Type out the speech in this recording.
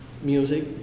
music